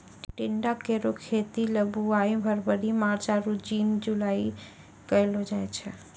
टिंडा केरो खेती ल बुआई फरवरी मार्च आरु जून जुलाई में कयलो जाय छै